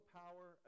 power